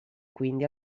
quindi